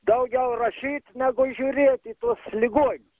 daugiau rašyt negu žiūrėt į tuos ligonius